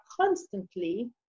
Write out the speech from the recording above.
constantly